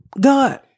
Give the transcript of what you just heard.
God